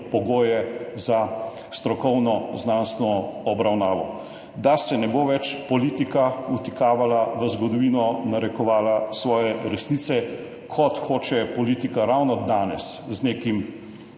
pogoje za strokovno znanstveno obravnavo, da se ne bo več politika vtikala v zgodovino, narekovala svoje resnice, kot hoče politika ravno danes z nekim